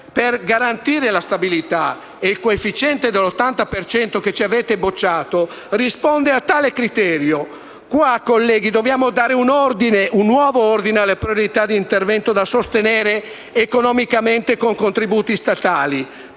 per garantirne la stabilità e il coefficiente dell'80 per cento, che ci avete bocciato, risponde a tale criterio. Qui, colleghi, dobbiamo dare un nuovo ordine alle priorità di intervento da sostenere economicamente con contributi statali: